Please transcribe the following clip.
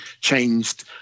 changed